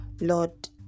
Lord